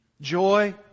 Joy